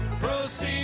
Proceed